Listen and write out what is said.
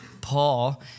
Paul